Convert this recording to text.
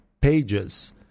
pages